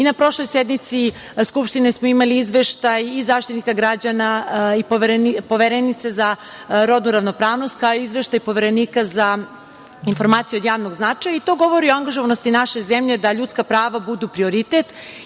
i na prošloj sednici Skupštine smo imali izveštaj i Zaštitnika građana i Poverenice za rodnu ravnopravnost, kao i izveštaj Poverenika za informacije od javnog značaja, i to govori o angažovanosti naše zemlje da ljudska prava budu prioritet